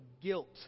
guilt